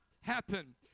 happen